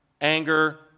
Anger